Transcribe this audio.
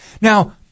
Now